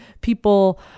people